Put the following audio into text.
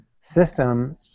system